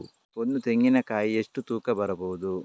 ಒಂದು ತೆಂಗಿನ ಕಾಯಿ ಎಷ್ಟು ತೂಕ ಬರಬಹುದು?